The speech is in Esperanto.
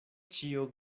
ĉio